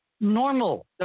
normal